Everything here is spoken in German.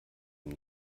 ihm